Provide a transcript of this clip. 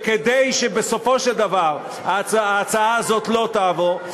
וכדי שבסופו של דבר ההצעה הזאת לא תעבור.